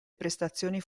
prestazioni